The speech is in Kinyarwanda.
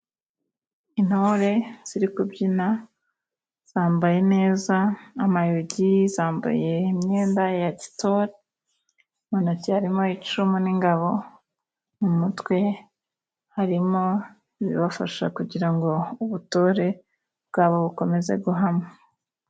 Intore ziri kubyina zambaye neza amayogi ,zambaye imyenda ya gitore, mu ntoki harimo icumu n'ingabo, mu mutwe harimo ibibafasha kugira ngo ubutore bwabo bukomeze guhama.